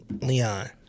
Leon